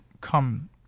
come